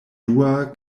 dua